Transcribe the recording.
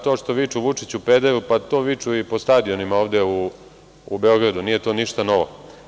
To što viču „Vučiću, pederu“, pa to viču i po stadionima ovde u Beogradu, nije to ništa novo.